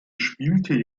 spielte